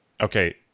okay